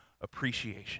appreciation